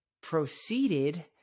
proceeded